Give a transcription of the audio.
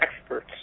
experts